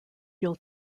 you’ll